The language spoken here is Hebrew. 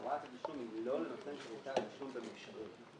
הוראת התשלום היא לא לנותן שירותי התשלום במישרין.